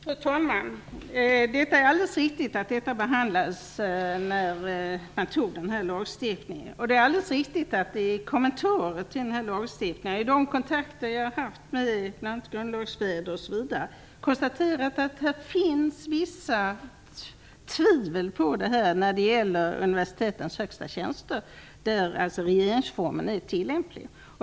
Fru talman! Det är alldeles riktigt att detta behandlades när man antog denna lagstiftning. Det är alldeles riktigt att man i kommentarer till lagstiftningen, enligt de kontakter jag har haft med bl.a. grundlagsfäder, konstaterar att det finns vissa tvivel när det gäller universitetens högsta tjänster, där regeringsformen är tillämplig.